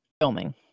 filming